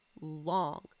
long